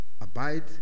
abide